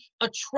attract